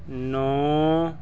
ਨੌਂ